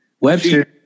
Webster